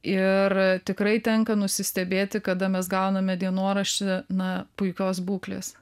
ir tikrai tenka nusistebėti kada mes gauname dienoraštį na puikios būklės